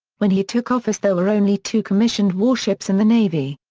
when he took office there were only two commissioned warships in the navy.